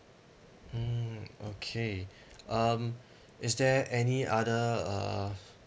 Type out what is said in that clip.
mm okay um is there any other uh